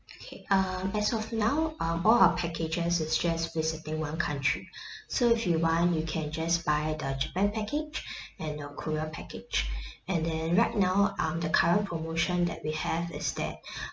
okay um as of now um all our packages is just visiting one country so if you want you can just buy the japan package and your korea package and then right now um the current promotion that we have is that